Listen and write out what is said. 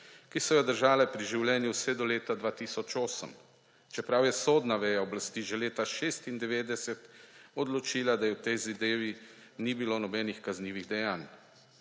ki so jo držale pri življenju vse do leta 2008, čeprav je sodna veja oblasti že leta 1996 odločila, da v tej zadevi ni bilo nobenih kaznivih dejanj.